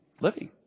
living